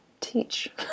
teach